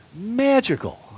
Magical